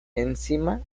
encima